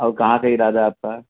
اور کہاں کا ارادہ ہے آپ کا